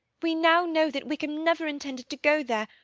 we now know that wickham never intended to go there,